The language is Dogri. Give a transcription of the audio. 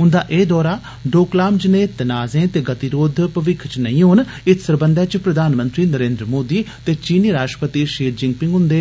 उन्दा एह् दौरा डोकलाम जनेह् तनाजें ते गतिरोध भविक्ख च नेईं होन इत्त सरबंधै च प्रधानमंत्री नरेन्द्र मोदी ते चीनी राष्ट्रपति शि जिंपिंग हुन्दे